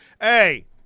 Hey